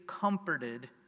comforted